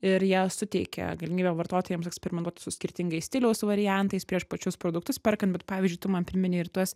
ir jie suteikia galimybę vartotojams eksperimentuoti su skirtingais stiliaus variantais prieš pačius produktus perkant bet pavyzdžiui tu man primineiir tuos